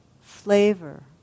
flavor